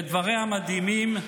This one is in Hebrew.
ודבריה מדהימים,